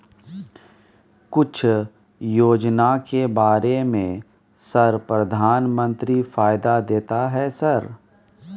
कुछ योजना के बारे में सर प्रधानमंत्री फायदा देता है सर?